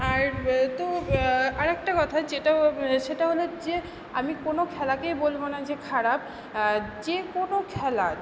আর তো আর একটা কথা যেটা সেটা হলো যে আমি কোনো খেলাকেই বলবো না যে খারাপ যে কোনো খেলাই